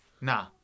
Nah